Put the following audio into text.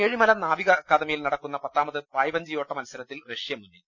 ഏഴിമല നാവിക അക്കാദമിയിൽ നടക്കുന്ന പത്താമത് പായ് വഞ്ചിയോട്ട മത്സരത്തിൽ റഷ്യ മുന്നിൽ